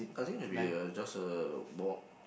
I think maybe a just a walk